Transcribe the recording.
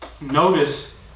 notice